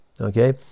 okay